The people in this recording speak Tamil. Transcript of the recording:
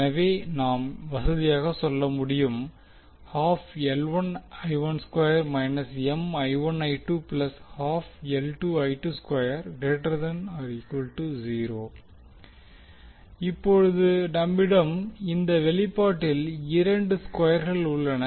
எனவே நாம் வசதியாக சொல்ல முடியும் இப்போது நம்மிடம் இந்த வெளிப்பாட்டில் இரண்டு ஸ்கொயர்கள் உள்ளன